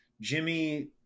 Jimmy